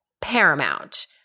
paramount